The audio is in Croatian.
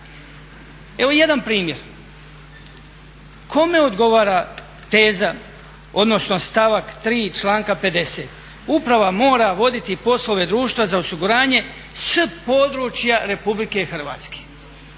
Evo jedan primjer. Kome odgovara teza, odnosno stavak 3. članka 50. Uprava mora voditi poslove društva za osiguranje s područja RH.